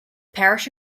parish